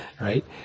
right